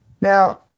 Now